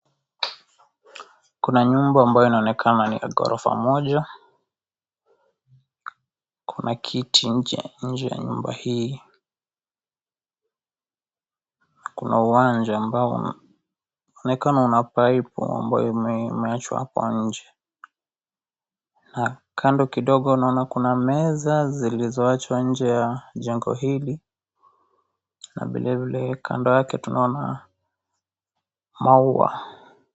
Kuna nyumba ambayo inaonekana ni ya ghorofa moja, kuna kiti nje ya nyumba hii, kuna uwanja ambao inaonekana kuna paipu ambayo imewachwa hapo nje na kando kidogo naona kuna meza zilizoachwa nje ya jengo hili na vilevile kando yake tunaona maua.